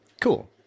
Cool